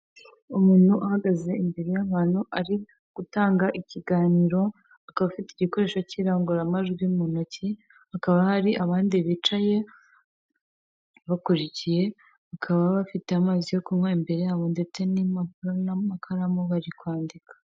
Umuntu uhagaze imbere y'abantu ari gutanga ikiganiro, akaba afite igikoresho cy'irangururamajwi mu ntoki, hakaba hari abandi bicaye bakurikiye, bakaba bafite amazi yo kunywa imbere yabo, ndetse n'impapuro n'amakaramu bari kwandika.